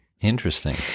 Interesting